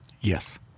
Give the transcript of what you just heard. Yes